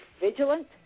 vigilant